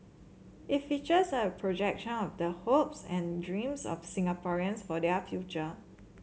it features a projection of the hopes and dreams of Singaporeans for their future